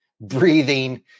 breathing